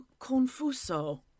Confuso